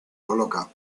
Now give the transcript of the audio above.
coloca